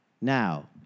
Now